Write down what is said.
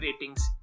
ratings